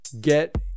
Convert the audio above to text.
get